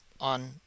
on